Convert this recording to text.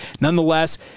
nonetheless